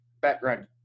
background